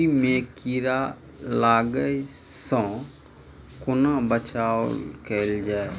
कोबी मे कीड़ा लागै सअ कोना बचाऊ कैल जाएँ?